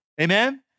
Amen